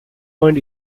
point